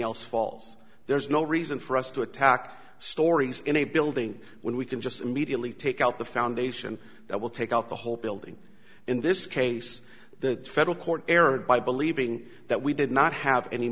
else falls there's no reason for us to attack stories in a building when we can just immediately take out the foundation that will take out the whole building in this case the federal court errored by believing that we did not have any